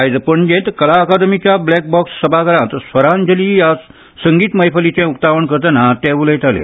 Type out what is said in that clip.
आजय पणजेंत कला अकादमीच्या ब्लॅक बॉक्स सभाघरांत स्वरांजली ह्या संगीत मैफलीचें उकतावण करतना ते उलयताले